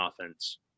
offense